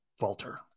falter